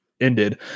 ended